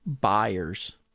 buyers